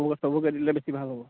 সেইবোৰ চবকে দিলে ভাল হ'ব